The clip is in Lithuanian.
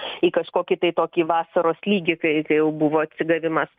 į kažkokį tai tokį vasaros lygį kai kai jau buvo atsigavimas